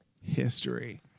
history